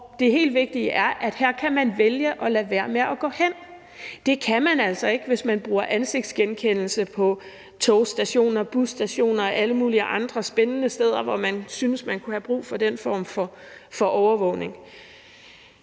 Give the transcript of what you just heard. Det helt vigtige er, at her kan man vælge at lade være med at gå hen. Det kan man altså ikke, hvis der bruges ansigtsgenkendelse på togstationer, busstationer og alle mulige andre spændende steder, hvor vi synes vi kunne have brug for den form for overvågning.